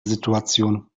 situation